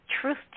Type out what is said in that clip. truth